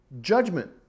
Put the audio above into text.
Judgment